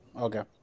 Okay